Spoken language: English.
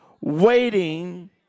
waiting